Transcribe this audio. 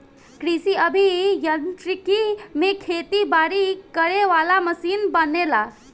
कृषि अभि यांत्रिकी में खेती बारी करे वाला मशीन बनेला